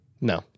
No